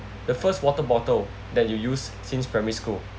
the first water bottle that you use since primary school